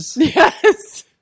yes